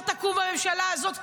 היא לא תקום בממשלה הזאת,